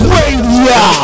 Radio